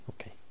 Okay